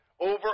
Over